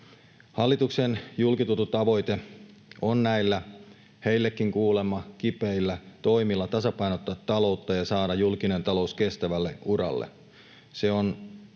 Hallituksen julkituotu tavoite on näillä heillekin kuulemma kipeillä toimilla tasapainottaa taloutta ja saada julkinen talous kestävälle uralle.